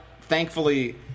thankfully